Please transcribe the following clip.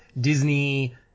Disney